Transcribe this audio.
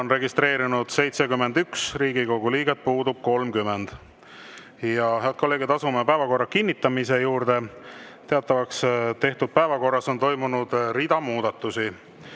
on registreerunud 71 Riigikogu liiget, puudub 30.Head kolleegid, asume päevakorra kinnitamise juurde. Teatavaks tehtud päevakorras on toimunud rida muudatusi.